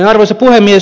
arvoisa puhemies